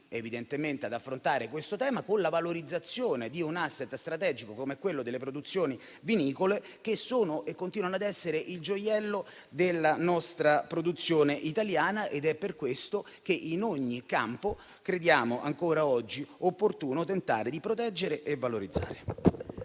invito ad affrontare questo tema con la valorizzazione di un *asset* strategico, come quello delle produzioni vinicole, che sono e continuano ad essere il gioiello della nostra produzione italiana: è per questo che in ogni campo crediamo ancora oggi opportuno tentare di proteggerle e valorizzarle.